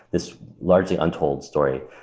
this largely untold story.